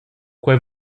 quei